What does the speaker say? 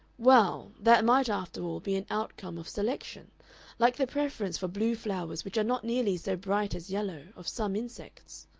well, that might, after all, be an outcome of selection like the preference for blue flowers, which are not nearly so bright as yellow, of some insects.